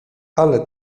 ale